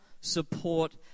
support